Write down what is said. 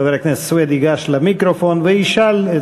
חבר הכנסת סוייד ייגש למיקרופון וישאל את